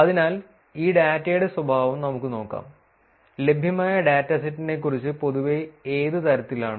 അതിനാൽ ഈ ഡാറ്റയുടെ സ്വഭാവം നമുക്ക് നോക്കാം ലഭ്യമായ ഡാറ്റാസെറ്റിനെക്കുറിച്ച് പൊതുവെ ഏതു തരത്തിലാണ്